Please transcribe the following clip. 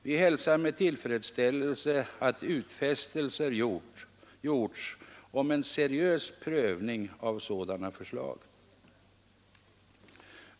Vi hälsar med tillfredsställelse att utfästelser har gjorts om en seriös prövning av sådana förslag.